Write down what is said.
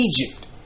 Egypt